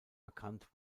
bekannt